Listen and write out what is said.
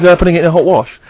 yeah putting it in a hot wash?